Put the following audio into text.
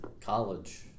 college